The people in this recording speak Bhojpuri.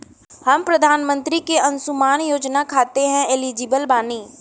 हम प्रधानमंत्री के अंशुमान योजना खाते हैं एलिजिबल बनी?